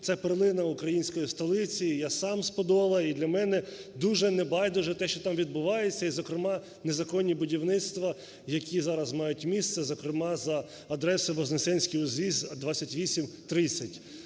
Це перлина української столиці, і я сам з Подолу, і для мене дуже небайдуже те, що там відбувається, і, зокрема, незаконні будівництва, які зараз мають місце, зокрема за адресою Вознесенський узвіз, 28/30.